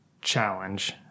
challenge